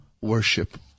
worship